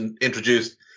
introduced